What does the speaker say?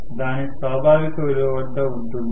Raదాని స్వాభావిక విలువ వద్ద ఉంటుంది